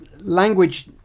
Language